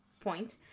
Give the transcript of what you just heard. point